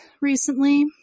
recently